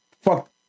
fuck